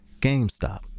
GameStop